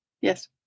Yes